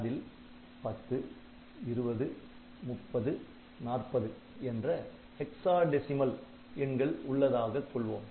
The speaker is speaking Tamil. அதில் 10 20 30 40 என்ற ஹெக்ஸாடெசிமல் எண்கள் உள்ளதாகக் கொள்வோம்